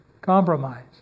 Compromise